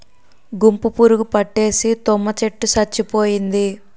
గుంపు పురుగు పట్టేసి తుమ్మ చెట్టు సచ్చిపోయింది